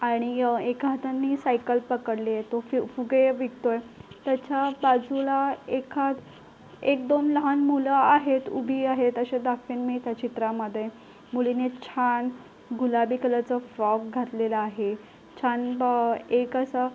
आणि एका हातानी सायकल पकडली आहे तो फ्यू फुगे विकतो आहे त्याच्या बाजूला एका एक दोन लहान मुलं आहेत उभी आहेत असे दाखवेन मी त्या चित्रामध्ये मुलीने छान गुलाबी कलरचा फ्रॉक घातलेला आहे छान बॉ एक असं